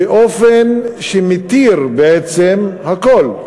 באופן שמתיר בעצם הכול.